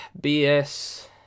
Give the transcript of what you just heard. BS